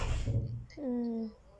mm